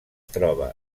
troba